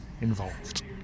involved